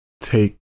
take